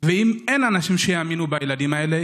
ואם אין אנשים שיאמינו בילדים האלה,